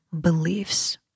beliefs